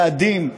יעדים,